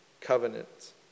covenants